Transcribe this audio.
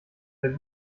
der